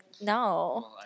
no